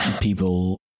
people